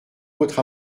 votre